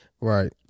Right